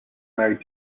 married